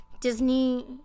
disney